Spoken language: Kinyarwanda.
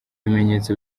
ibimenyetso